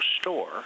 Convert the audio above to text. store